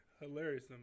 Hilarious